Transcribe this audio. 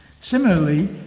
Similarly